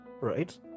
right